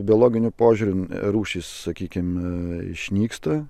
biologiniu požiūriu rūšis sakykime išnyksta